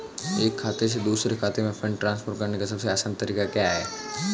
एक खाते से दूसरे खाते में फंड ट्रांसफर करने का सबसे आसान तरीका क्या है?